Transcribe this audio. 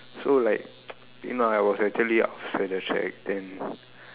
so like you know I was actually outside the track then